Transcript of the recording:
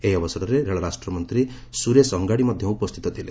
ଏହି ଅବସରରେ ରେଳ ରାଷ୍ଟ୍ରମନ୍ତ୍ରୀ ସୁରେଶ ଅଙ୍ଗାଡ଼ି ମଧ୍ୟ ଉପସ୍ଥିତ ଥିଲେ